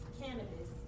cannabis